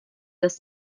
dass